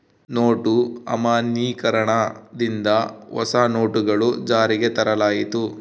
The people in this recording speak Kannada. ನೋಟು ಅಮಾನ್ಯೀಕರಣ ದಿಂದ ಹೊಸ ನೋಟುಗಳು ಜಾರಿಗೆ ತರಲಾಯಿತು